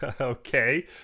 okay